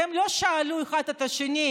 והם לא שאלו אחד את השני: